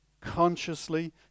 consciously